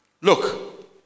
look